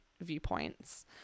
viewpoints